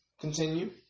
Continue